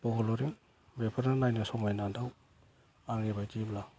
बग'लरि बेफोरनो नायनो समायना दाउ आंनि बायदिब्ला